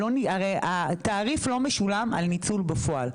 הרי התעריף לא משולם על ניצול בפועל.